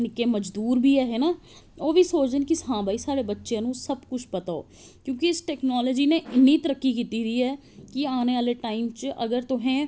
निक्के मजदूर बी ऐहे ना ओह् बी सोचदे न कि साढ़े बच्चेआं नू सब कुश पता ऐ क्योंकि इस टैकनॉलजी नै इन्नी तरक्की कीती दी ऐ कि आने आह्ले टाईम च अगर तुसें